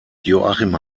joachim